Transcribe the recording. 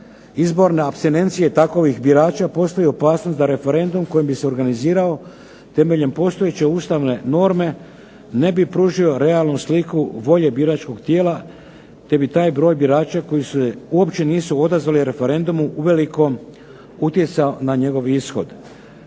izborne apstinencije takovih birača postoji opasnost da referendum kojim bi se organizirao temeljem postojeće ustavne norme ne bi pružio realnu sliku volje biračkog tijela, te bi taj broj birača koji se uopće nisu odazvali referendumu uveliko utjecao na njegov ishod.